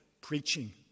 preaching